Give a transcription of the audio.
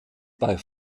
bei